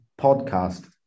podcast